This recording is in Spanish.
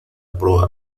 proa